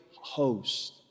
host